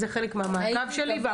זה חלק מהמעקב שלי והפיקוח.